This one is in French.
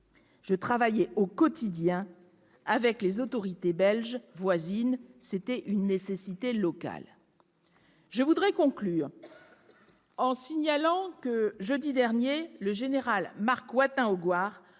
Je travaillais au quotidien avec les autorités belges voisines ; c'était une nécessité locale. Je voudrais conclure en vous signalant que jeudi dernier, le général Marc Watin-Augouard,